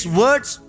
words